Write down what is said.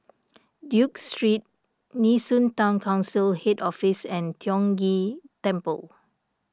Duke Street Nee Soon Town Council Head Office and Tiong Ghee Temple